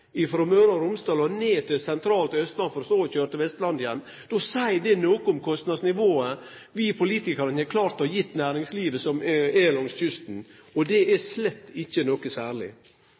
– frå Møre og Romsdal ned til det sentrale Austlandet, for så å køyre til Vestlandet igjen – seier det noko om kostnadsnivået vi politikarar har klart å gi næringslivet langs kysten, og det er slett ikkje noko særleg.